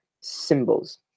symbols